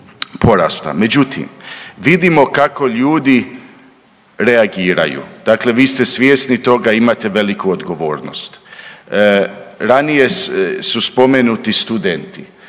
porasta. Međutim, vidimo kako ljudi reagiraju. Dakle, vi ste svjesni toga imate veliku odgovornost. Ranije su spomenuti studenti,